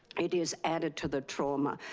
it is added to the trauma.